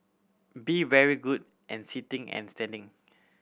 be very good and sitting and standing